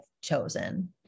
chosen